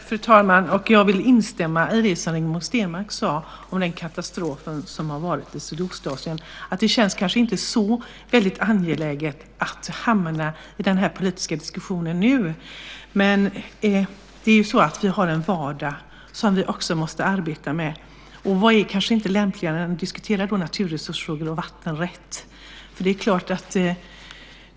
Fru talman! Jag vill instämma i det som Rigmor Stenmark sade om den katastrof som inträffat i Sydostasien. Det känns kanske inte så väldigt angeläget att nu hamna i den här politiska diskussionen, men vi har ju också en vardag som vi måste arbeta med. Vad är då lämpligare än att diskutera naturresursfrågor och vattenrätt?